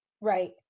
Right